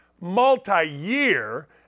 multi-year